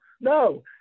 no